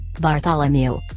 Bartholomew